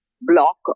block